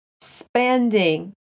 spending